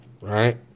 right